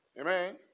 Amen